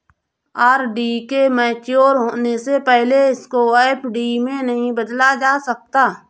RD के mature होने से पहले इसको एफ.डी में नहीं बदला जा सकता